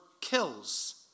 kills